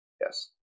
yes